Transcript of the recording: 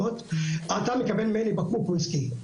אתה מקבל ממני בקבוק וויסקי,